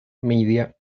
media